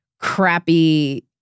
crappy